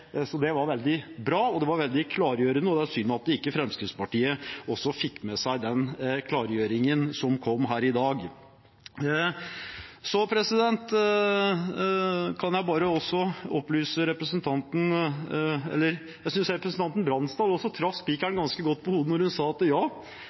Det var veldig bra og veldig klargjørende, og det er synd at ikke Fremskrittspartiet også fikk med seg den klargjøringen som kom her i dag.